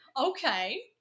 Okay